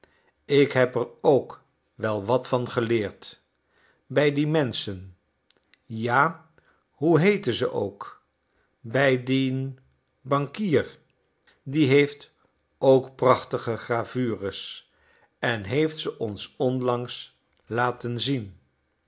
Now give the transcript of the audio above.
ik heb er ook wel wat van geleerd bij die menschen ja hoe heeten ze ook bij dien bankier die heeft ook prachtige gravures en heeft ze ons onlangs laten zien